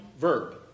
verb